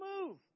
move